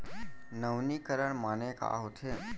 नवीनीकरण माने का होथे?